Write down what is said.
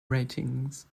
ratings